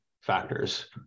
factors